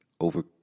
over